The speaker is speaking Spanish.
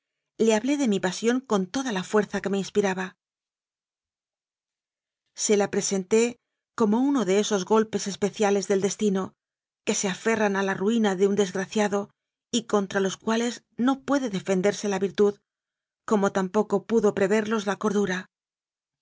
le hablé de mi pasión con toda la fuerza que me inspiraba se la presenté como uno de esos golpes especiales del destino que se aferran a la ruina de un des graciado y contra los cuales no puede defenderse la virtud como tampoco pudo preverlos la cordu